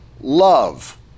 love